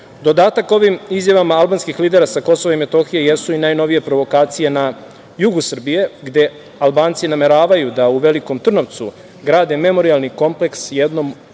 ovim izjavama albanskih lidera sa KiM jesu i najnovije provokacije na jugu Srbije, gde Albanci nameravaju da u Velikom Trnovcu grade memorijalni kompleks jednom od